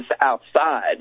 outside